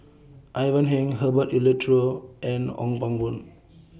Ivan Heng Herbert Eleuterio and Ong Pang Boon